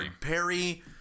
Perry